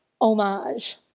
homage